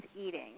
eating